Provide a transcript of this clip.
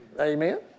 amen